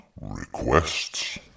Requests